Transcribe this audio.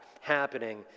happening